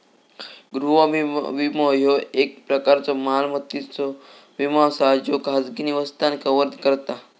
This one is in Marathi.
गृह विमो, ह्यो एक प्रकारचो मालमत्तेचो विमो असा ज्यो खाजगी निवासस्थान कव्हर करता